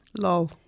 lol